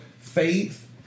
Faith